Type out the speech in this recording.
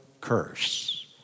curse